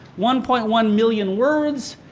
one point one million words.